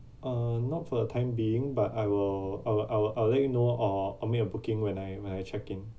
uh not for the time being but I will I will I will I will let you know uh I"ll make a booking when I when I check in